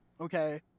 okay